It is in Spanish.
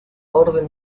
orden